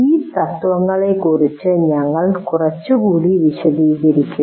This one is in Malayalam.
ഈ തത്ത്വങ്ങളെക്കുറിച്ച് ഞങ്ങൾ കുറച്ചുകൂടി വിശദീകരിക്കും